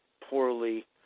poorly